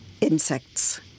insects